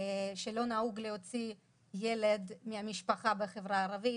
שלא נהוג להוציא ילד מהמשפחה בחברה הערבית.